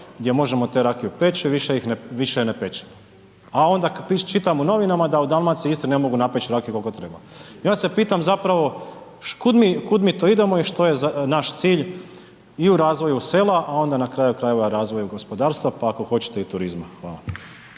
gdje možemo tu rakiju peć, više je ne pečemo. A onda čitam u novinama da u Dalmaciji i Istri ne mogu napeć rakije koliko treba. I onda se pitam zapravo kud mi to idemo i što je naš cilj i u razvoju sela, a onda na kraju krajeva i razvoju gospodarstva pa ako hoćete i turizma. Hvala.